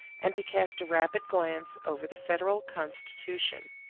and to cast a rapid glance over the federal constitution.